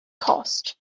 cost